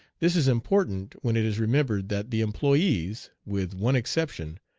this is important when it is remembered that the employes, with one exception,